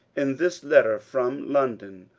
in this letter, from london,